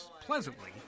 pleasantly